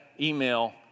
email